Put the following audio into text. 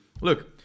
look